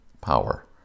power